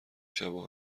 شبا